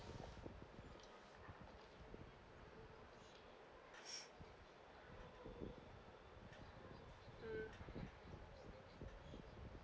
mm